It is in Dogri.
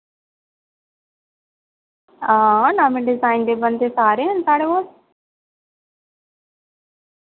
हां नमें डिजाइन दे बंधे सारे हैन साढ़े कोल